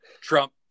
Trump